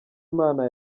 imana